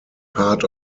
part